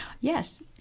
Yes